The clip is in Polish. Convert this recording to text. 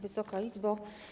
Wysoka Izbo!